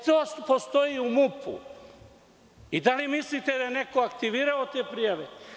To postoji u MUP i da li mislite da je neko aktivirao te prijave?